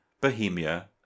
Bohemia